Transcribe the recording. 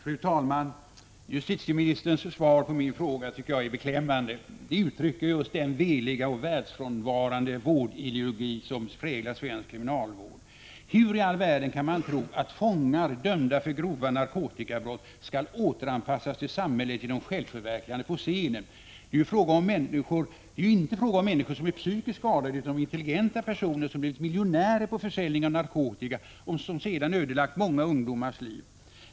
Fru talman! Justitieministerns svar på min fråga är beklämmande. Det uttrycker den veliga och världsfrånvarande vårdideologi som präglar svensk kriminalvård. Hur i all världen kan man tro att fångar, dömda för grova narkotikabrott, skall återanpassas till samhället genom självförverkligande på scenen? Det är ju inte fråga om människor som är psykiskt skadade utan om intelligenta personer som blivit miljonärer på försäljning av narkotika, som sedan ödelagt många ungdomars liv.